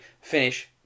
Finish